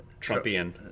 Trumpian